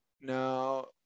No